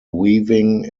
weaving